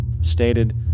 stated